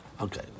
Okay